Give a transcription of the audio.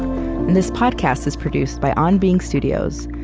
this podcast is produced by on being studios,